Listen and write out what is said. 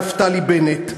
נפתלי בנט.